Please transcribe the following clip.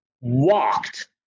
walked